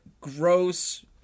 gross